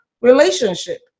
relationship